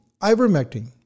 Ivermectin